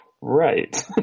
Right